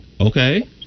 Okay